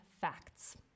facts